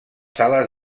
sales